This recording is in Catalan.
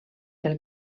del